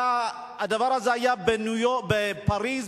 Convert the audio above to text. הדבר הזה היה בפריס,